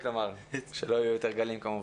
כן.